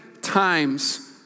times